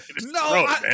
No